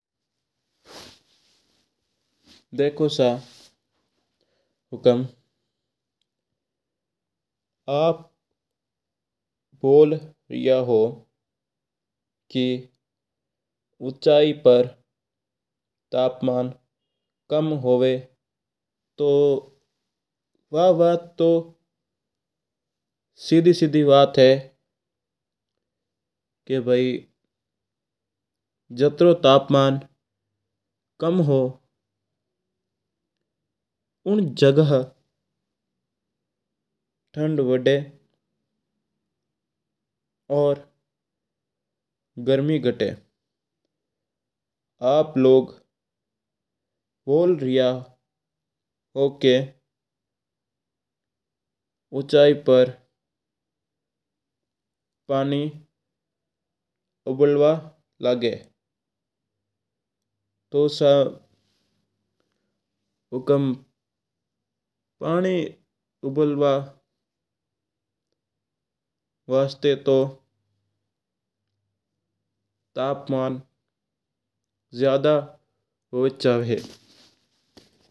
देखो सा हुकम आप बोल रिया हू कि ऊचाई पर तपमान कम हुआ तो वा बात तो सिद्धि सिद्धि बात है। का भाई जत्रो तपमान कम्म हू उन जगह ठंड वड़ा पर गर्मी घटा। आप लोग बोल रिया हू का ऊचाई पर पानी उबलबा लागे तो सा हुकम पानी उबलबा वस्त तो तपमान ज्यादा होबो चवा है।